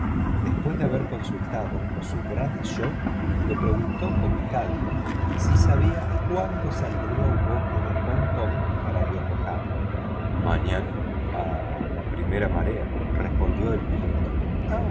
después de haber consultado su bradshaw le preguntó con calma si sabía cuándo saldría un buque de hong kong para yokohama mañana a la primera marea respondió el piloto